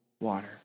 water